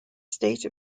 state